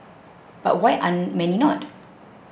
but why are many not